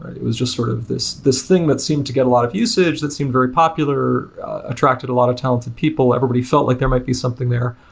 it was jus t sort of this this thing that seemed to get a lot of usage, that seemed very popular, attracted a lot of talented people. everybody felt like there might be something there.